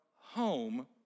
home